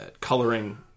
coloring